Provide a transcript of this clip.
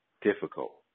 difficult